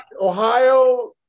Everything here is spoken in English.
Ohio